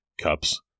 cups